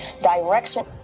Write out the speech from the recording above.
direction